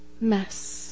mess